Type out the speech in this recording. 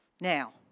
Now